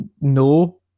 no